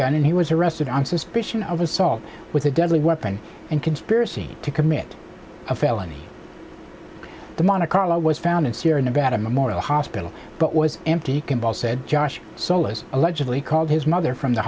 gun and he was arrested on suspicion of assault with a deadly weapon and conspiracy to commit a felony the mana car was found in sierra nevada memorial hospital but was empty convulse said josh solis allegedly called his mother from the